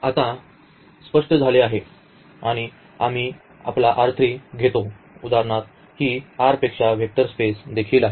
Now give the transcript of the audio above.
हे आता स्पष्ट झाले आहे आणि आम्ही आपला घेतो उदाहरणार्थ ही R पेक्षा वेक्टर स्पेस देखील आहे